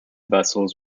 vessels